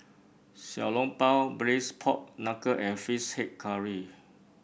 Xiao Long Bao Braised Pork Knuckle and fish head curry